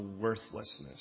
worthlessness